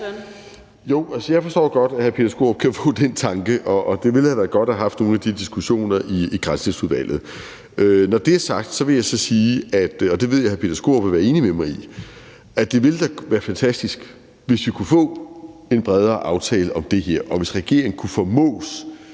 Jo, jeg forstår godt, at hr. Peter Skaarup kan få den tanke, og det ville have været godt at have haft nogle af de diskussioner i Granskningsudvalget. Når det så er sagt, vil jeg sige – og det ved jeg at hr. Peter Skaarup vil være enig med mig i – at det da ville være fantastisk, hvis vi kunne få en bredere aftale om det her, og hvis regeringen kunne formås